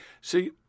See